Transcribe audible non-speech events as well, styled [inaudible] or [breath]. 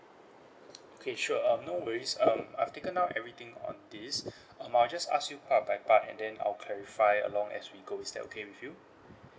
[noise] okay sure um no worries um I've taken down everything on this [breath] um I'll just ask you part by part and then I'll clarify along as we go is that okay with you